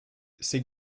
c’est